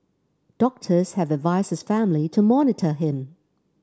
doctors have advised his family to monitor him